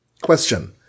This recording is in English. Question